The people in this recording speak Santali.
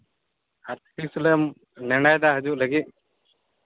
ᱟᱨ ᱛᱤᱥ ᱦᱤᱞᱳᱜᱼᱮᱢ ᱱᱮᱸᱰᱟᱭᱮᱫᱟ ᱦᱤᱡᱩᱜ ᱞᱟᱹᱜᱤᱫ